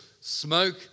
smoke